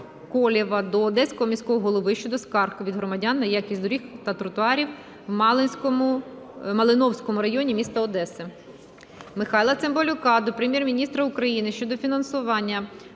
до Одеського міського голови щодо скарг від громадян на якість доріг та тротуарів в Малиновському районі міста Одеси. Михайла Цимбалюка до Прем'єр-міністра України щодо фінансування